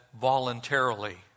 voluntarily